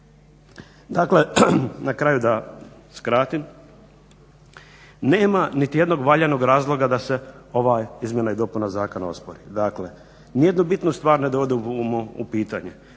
Dakle, na kraju da skratim. Nema niti jednog valjanog zakona da se ova izmjena i dopuna zakona ospori. Dakle, ni jednu bitnu stvar ne dovode u pitanje.